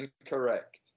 Incorrect